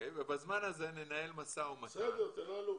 ובזמן הזה ננהל משא ומתן --- בסדר, תנהלו.